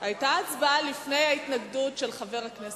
היתה הצבעה לפני ההתנגדות של חברת הכנסת,